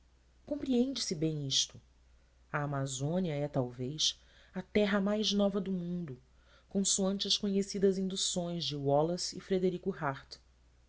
compreende-se bem isto a amazônia é talvez a terra mais nova do mundo consoante as conhecidas induções de wallace e frederico hartt